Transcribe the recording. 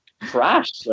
crash